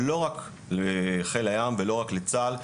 לא רק לחיל הים ולא רק לצה"ל,